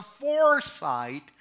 foresight